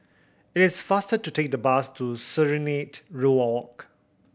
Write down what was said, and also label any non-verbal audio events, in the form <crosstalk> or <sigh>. it's faster to take the bus to Serenade <unintelligible> Walk